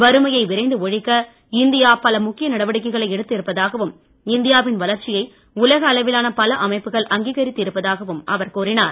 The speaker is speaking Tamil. வறுமையை விரைந்து ஒழிக்க இந்தியா பல முக்கிய நடவடிக்கைகளை எடுத்து இருப்பதாகவும் இந்தியாவின் வளர்ச்சியை உலக அளவிலான பல அமைப்புகள் அங்கீகரித்து இருப்பதாகவும் அவர் கூறினார்